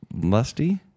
Lusty